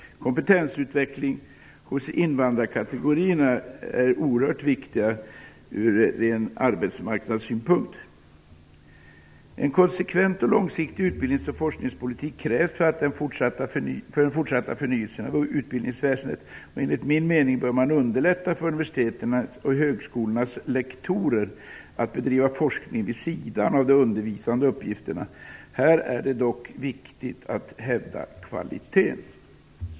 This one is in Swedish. Kompetensutveckling hos invandrarkategorierna är oerhört viktig ur ren arbetsmarknadssynpunkt. En konsekvent och långsiktig utbildnings och forskningspolitik krävs för den fortsatta förnyelsen av utbildningsväsendet. Enligt min mening bör man underlätta för universitetens och högskolornas lektorer att bedriva forskning vid sidan av de undervisande uppgifterna. Här är det dock viktigt att hävda kvaliteten.